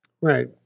Right